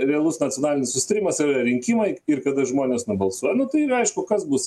realus nacionalinis susitarimas yra rinkimai ir kada žmonės nubalsuoja nu tai ir aišku kas bus